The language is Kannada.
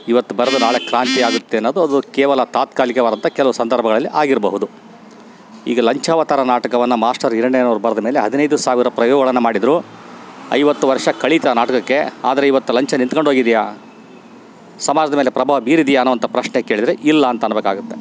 ಇವತ್ತು ಬರೆದು ನಾಳೆ ಕ್ರಾಂತಿ ಆಗುತ್ತೆ ಅನ್ನೋದು ಅದು ಕೇವಲ ತಾತ್ಕಾಲಿಕವಾದಂಥ ಕೆಲವು ಸಂದರ್ಭಗಳಲ್ಲಿ ಆಗಿರ್ಬಹುದು ಈಗ ಲಂಚಾವತಾರ ನಾಟಕವನ್ನು ಮಾಸ್ಟರ್ ಹಿರಣ್ಣಯ್ಯನವರು ಬರೆದ್ಮೇಲೆ ಹದಿನೈದು ಸಾವಿರ ಪ್ರಯೋಗಗಳನ್ನು ಮಾಡಿದ್ರು ಐವತ್ತು ವರ್ಷ ಕಳೀತು ಆ ನಾಟಕಕ್ಕೆ ಆದರೆ ಇವತ್ತು ಲಂಚ ನಿತ್ಕೊಂಡೋಗಿದೆಯಾ ಸಮಾಜದ ಮೇಲೆ ಪ್ರಭಾವ ಬೀರಿದೆಯಾ ಅನ್ನೋವಂಥ ಪ್ರಶ್ನೆ ಕೇಳಿದ್ರೆ ಇಲ್ಲ ಅಂತ ಅನ್ಬೇಕಾಗುತ್ತೆ